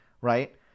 right